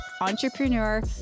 entrepreneur